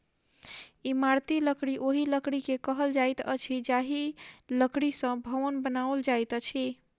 इमारती लकड़ी ओहि लकड़ी के कहल जाइत अछि जाहि लकड़ी सॅ भवन बनाओल जाइत अछि